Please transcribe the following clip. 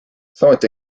samuti